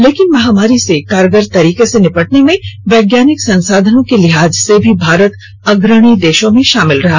लेकिन महामार्री से कारगर तरीके से निपटने में वैज्ञानिक संसाधनों के लिहाज से भी भारत अग्रणी देशोंमें शामिल रहा